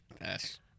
yes